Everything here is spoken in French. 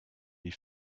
les